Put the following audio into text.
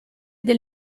del